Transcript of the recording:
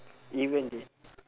even i~